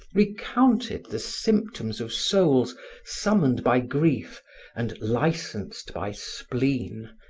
recounted the symptoms of souls summoned by grief and licensed by spleen,